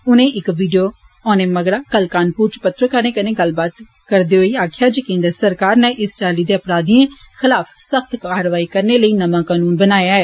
उनें इक वीडियों औने मगरा कल कानपुर च पत्रकारें कन्नै गल्लबात करदे होई आक्खेआ जे केन्द्र सरकार नै इस चाल्ली दे अपराधिएं खिलाफ सख्त कारवाई करने लेई नमां कानून बनाया ऐ